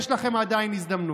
יש לכם עדיין הזדמנות.